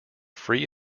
free